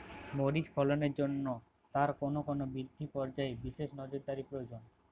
মরিচ ফলনের জন্য তার কোন কোন বৃদ্ধি পর্যায়ে বিশেষ নজরদারি প্রয়োজন?